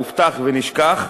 הובטח ונשכח,